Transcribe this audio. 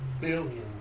billion